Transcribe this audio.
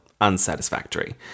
unsatisfactory